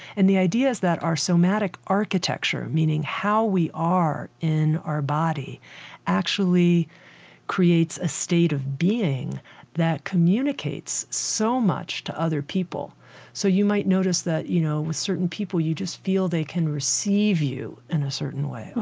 and the ideas that are somatic architecture, meaning how we are in our body actually creates a state of being that communicates so much to other people so you might notice that, you know, with certain people, you just feel they can receive you in a certain way, oh,